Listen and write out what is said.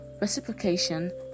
reciprocation